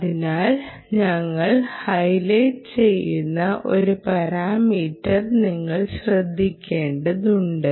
അതിനാൽ ഞങ്ങൾ ഹൈലൈറ്റ് ചെയ്യുന്ന ഒരു പാരാമീറ്റർ നിങ്ങൾ ശ്രദ്ധിക്കേണ്ടതുണ്ട്